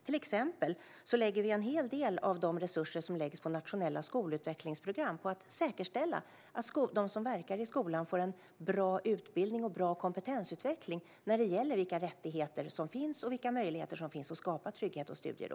Vi lägger till exempel en hel del av resurserna för nationella skolutvecklingsprogram på att säkerställa att de som verkar i skolan får bra utbildning och bra kompetensutveckling när det gäller rättigheter och möjligheter för att skapa trygghet och studiero.